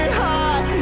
high